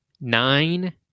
nine